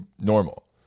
normal